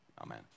Amen